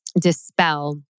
dispel